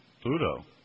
Pluto